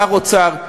שר האוצר,